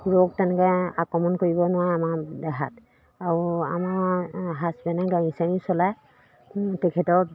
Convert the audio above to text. ৰোগ তেনেকৈ আক্ৰমণ কৰিব নোৱাৰে আমাৰ দেহাত আৰু আমাৰ হাজবেণ্ডে গাড়ী চাৰী চলায় তেখেতক